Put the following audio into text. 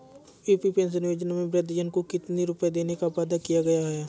UP pension योजना में वृद्धजन को कितनी रूपये देने का वादा किया गया है?